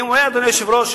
אדוני היושב-ראש,